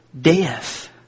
death